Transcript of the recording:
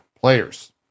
players